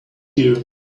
here